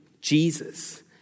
Jesus